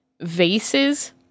vases